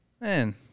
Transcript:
Man